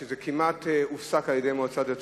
זה הופסק כמעט לגמרי על-ידי המועצות הדתיות,